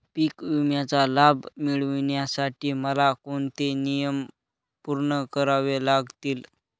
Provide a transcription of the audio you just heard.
पीक विम्याचा लाभ मिळण्यासाठी मला कोणते नियम पूर्ण करावे लागतील?